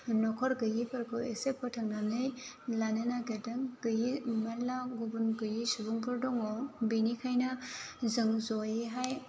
नखर गैयिफोरखौ एसे फोथांनानै लानो नागिरदों गैयि मेरला गुबुन गैयि सुबुंफोर दङ बेनिखायनो जों जयैहाय